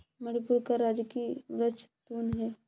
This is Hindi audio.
मणिपुर का राजकीय वृक्ष तून है